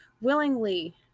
willingly